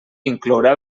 inclourà